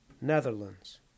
Netherlands